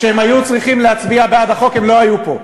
כשהם היו צריכים להצביע בעד החוק הם לא היו פה.